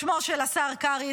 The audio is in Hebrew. בשמו של השר קרעי,